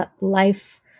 life